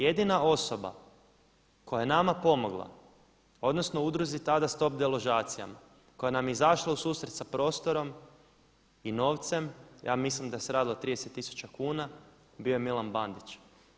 Jedina osoba koja je nama pomogla odnosno udruzi tada „Stop deložacijama“ koja nam je izašla u susret sa prostorom i novcem ja mislim da se radilo o 30000 kuna bio je Milan Bandić.